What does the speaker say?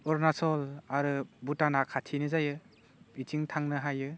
अरुणाचल आरो भुटाना खाथिनो जायो बिथिं थांनो हायो